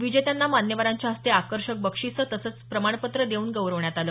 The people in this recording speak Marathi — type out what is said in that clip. विजेत्यांना मान्यवरांच्या हस्ते आकर्षक बक्षीसं तसंच प्रमाणपत्र देऊन गौरव करण्यात आला